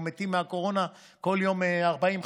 מתים מהקורונה כל יום 40,